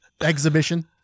exhibition